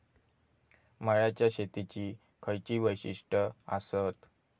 मळ्याच्या शेतीची खयची वैशिष्ठ आसत?